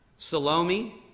Salome